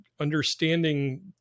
understanding